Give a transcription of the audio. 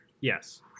yes